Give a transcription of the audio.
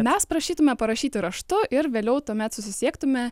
mes prašytumėme parašyti raštu ir vėliau tuomet susisiektume